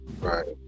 Right